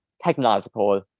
technological